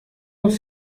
los